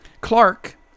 Clark